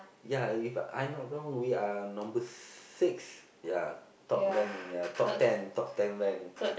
ya if I not wrong we are number six ya top rank ya top ten top ten rank